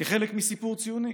כחלק מסיפור ציוני